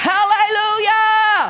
Hallelujah